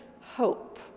hope